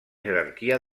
jerarquia